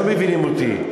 לא מבינים אותי.